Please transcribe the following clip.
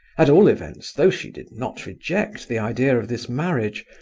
at all events, though she did not reject the idea of this marriage,